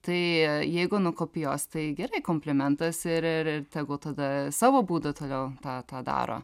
tai jeigu nukopijuos tai gerai komplimentas ir ir ir tegul tada savo būdu toliau tą tą daro